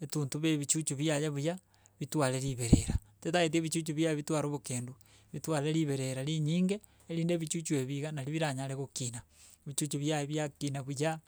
etuntube ebichuchu biaye buya bitware riberera, tetaeti ebichuchu biaye bitware obokendu, bitware riberera rinyinge erinde ebichuchu ebi iga nari biranyare gokina ebichuchu biaye biakina buya.